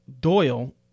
Doyle